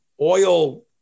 oil